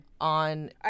on